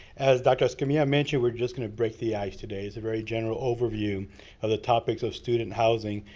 as doctor escamilla mentioned, we're just gonna break the ice today. it's a very general overview of the topics of student housing.